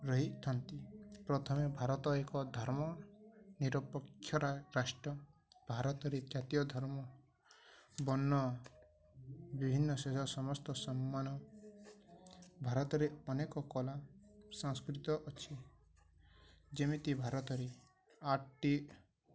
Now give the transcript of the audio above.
ରହିଥାନ୍ତି ପ୍ରଥମେ ଭାରତ ଏକ ଧର୍ମ ନିରପେକ୍ଷ ରାଷ୍ଟ୍ର ଭାରତରେ ଜାତୀୟ ଧର୍ମ ବର୍ଣ୍ଣ ବିଭିନ୍ନ ଶେଜ ସମସ୍ତ ସମ୍ମାନ ଭାରତରେ ଅନେକ କଲା ସାଂସ୍କୃତ ଅଛି ଯେମିତି ଭାରତରେ ଆର୍ଟି